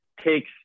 takes